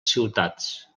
ciutats